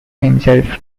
himself